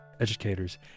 educators